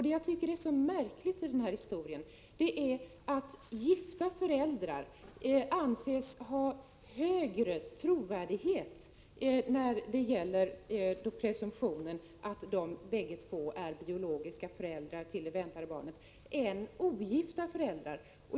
Det jag tycker är så märkligt är att gifta föräldrar anses ha högre trovärdighet än ogifta när det gäller presumtionen om att fadern är biologisk förälder till det väntade barnet.